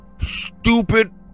Stupid